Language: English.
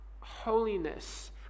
holiness